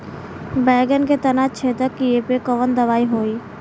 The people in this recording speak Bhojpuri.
बैगन के तना छेदक कियेपे कवन दवाई होई?